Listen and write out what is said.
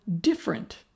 different